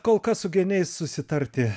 kol kas su geniais susitarti